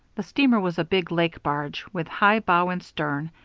the steamer was a big lake barge, with high bow and stern,